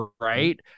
right